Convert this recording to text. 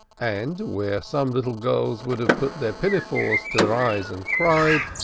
and, where some little girls would have put their pinafores to their eyes and cried,